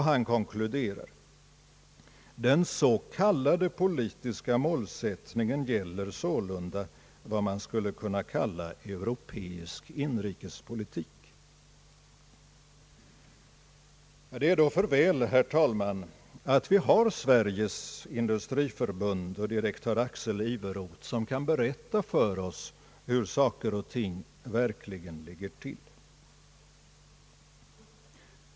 Han konkluderar: »Den s.k. politiska målsättningen gäller sålunda vad man skulle kunna kalla europeisk inrikespolitik.» Det är då för väl, herr talman, att vi har Sveriges industriförbund och direktör Axel Iveroth, som kan berätta för oss hur saker och ting verkligen ligger till!